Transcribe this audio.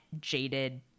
jaded